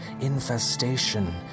infestation